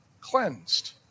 cleansed